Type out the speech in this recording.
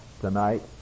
tonight